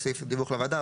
דיווח לוועדה,